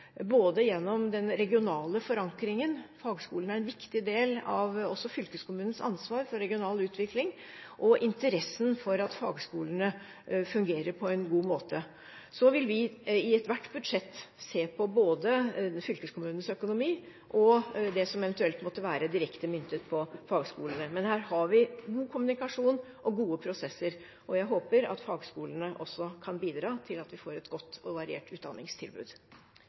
både gjennom den regionale forankringen – fagskolen er en viktig del også av fylkeskommunens ansvar for regional utvikling – og interessen for at fagskolene fungerer på en god måte. Så vil vi – i ethvert budsjett – se på både fylkeskommunenes økonomi og det som eventuelt måtte være direkte myntet på fagskolene. Men her har vi god kommunikasjon og gode prosesser, og jeg håper at fagskolene også kan bidra til at vi får et godt og variert utdanningstilbud.